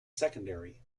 secondary